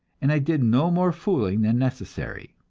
and i did no more fooling than necessary.